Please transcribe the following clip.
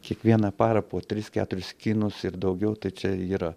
kiekvieną parą po tris keturis kinus ir daugiau tai čia yra